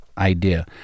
idea